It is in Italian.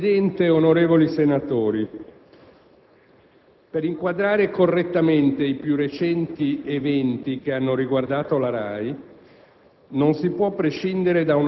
Signor Presidente, onorevoli senatori, per inquadrare correttamente i più recenti eventi che hanno riguardato la RAI